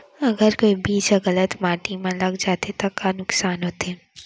अगर कोई बीज ह गलत माटी म लग जाथे त का नुकसान होथे?